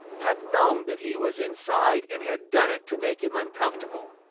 had known that he was inside and had done it to make him uncomfortable.